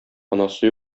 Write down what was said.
анасы